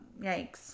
Yikes